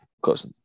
Close